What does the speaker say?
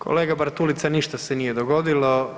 Kolega Bartulica, ništa se nije dogodilo.